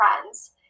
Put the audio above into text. friends